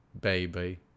baby